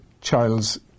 child's